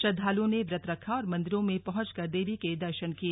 श्रद्वालुओं ने व्रत रखा और मंदिरों में पहुंचकर देवी के दर्शन किए